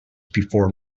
before